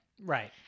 right